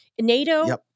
NATO